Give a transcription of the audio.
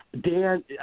Dan